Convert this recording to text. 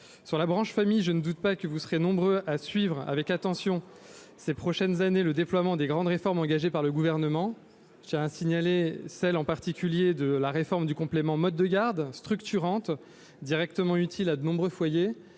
de la branche famille, je ne doute pas que vous serez nombreux à suivre avec attention, ces prochaines années, le déploiement des grandes réformes engagées par le Gouvernement. Je tiens à signaler en particulier celle qui porte sur le complément de libre choix du mode de garde, structurante et directement utile à de nombreux foyers,